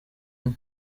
umwe